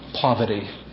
poverty